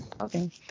Okay